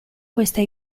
questa